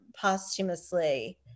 posthumously